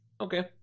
Okay